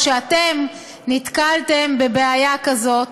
או שאתם נתקלתם בבעיה כזאת.